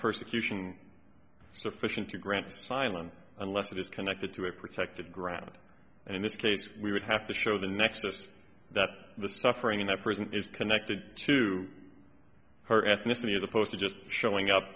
persecution sufficient to grant asylum unless it is connected to a protected ground and in this case we would have to show the nexus that the suffering in that person is connected to her ethnicity as opposed to just showing up